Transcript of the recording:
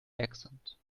accent